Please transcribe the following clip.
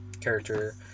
character